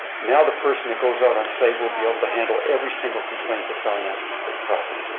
now the person that goes out on site will be able to handle every single complaint that's on that property,